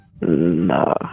No